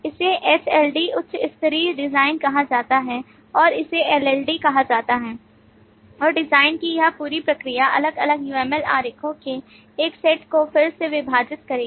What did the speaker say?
इसे HLD उच्च स्तरीय डिज़ाइन कहा जाता है और इसे LLD कहा जाता है और डिज़ाइन की यह पूरी प्रक्रिया अलग अलग uml आरेखों के एक सेट को फिर से विभाजित करेगी